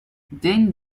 ding